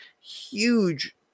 huge